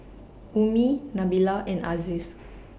Ummi Nabila and Aziz